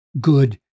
good